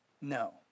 No